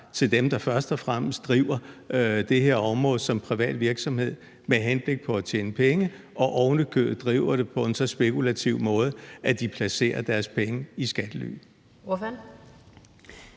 til dem, der først og fremmest driver det her område som privat virksomhed med henblik på at tjene penge og ovenikøbet driver det på en så spekulativ måde, at de placerer deres penge i skattely.